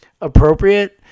appropriate